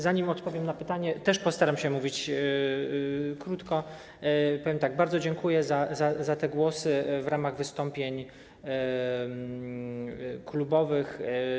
Zanim odpowiem na pytanie -postaram się też mówić krótko - powiem tak: bardzo dziękuję za głosy w ramach wystąpień klubowych.